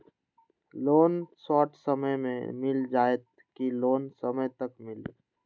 Loan short समय मे मिल जाएत कि लोन समय तक मिली?